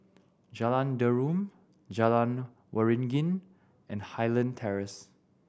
Jalan Derum Jalan Waringin and Highland Terrace